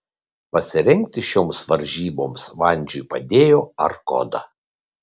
pasirengti šioms varžyboms vandžiui padėjo arkoda